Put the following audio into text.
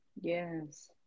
Yes